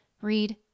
Read